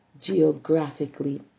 geographically